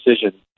decision